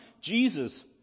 Jesus